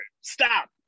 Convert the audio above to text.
Stop